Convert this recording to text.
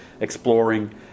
exploring